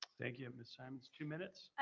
thank you. miss simonds, two minutes.